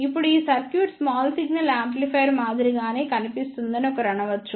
ఇప్పుడు ఈ circuit small signal amplifier మాదిరిగానే కనిపిస్తుందని ఒకరు అనవచ్చు